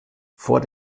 vor